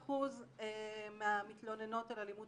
23% מהמתלוננות על אלימות